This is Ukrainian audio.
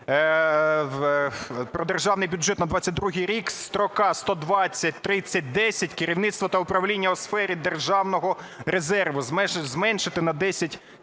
про Державний бюджет на 2022 рік, строка 1203010 "Керівництво та управління у сфері державного резерву" зменшити на 10,08